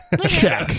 Check